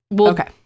Okay